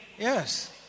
Yes